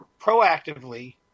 proactively